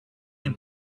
and